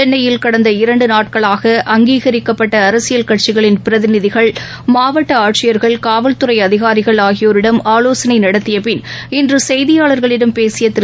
சென்னையில் கடந்த இரண்டு நாட்களாக அங்கீகரிக்கப்பட்ட அரசியல் கட்சிகளின் பிரதிநிதிகள் மாவட்ட ஆட்சியர்கள் காவல்துறை அதிகாரிகள் ஆகியோரிடம் ஆலோசனை நடத்தியபின் இன்று செய்தியாளர்களிடம் பேசிய திரு